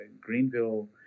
Greenville